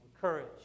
courage